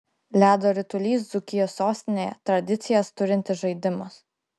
ledo ritulys dzūkijos sostinėje tradicijas turintis žaidimas